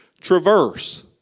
traverse